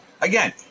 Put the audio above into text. Again